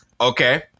okay